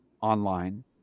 online